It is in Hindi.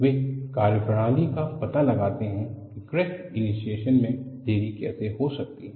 वे कार्यप्रणाली का पता लगाते हैं कि क्रैक इनीसीएसन में देरी कैसे हो सकती है